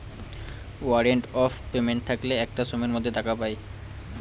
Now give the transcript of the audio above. warrant of payment থাকলে একটা সময়ের মধ্যে টাকা পায়